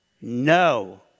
no